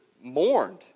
mourned